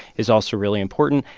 is also really important.